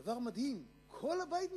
זה דבר מדהים: כל הבית מתאחד.